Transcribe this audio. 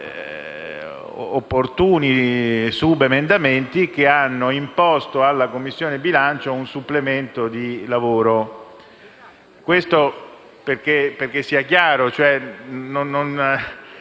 opportuni subemendamenti che hanno imposto alla Commissione bilancio un supplemento di lavoro. Preciso questo affinché sia chiaro